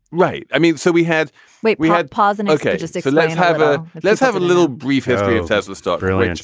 right. i mean, so we had wait, we had pause and. ok. just take let's have a let's have a little brief history of tesla stock, really,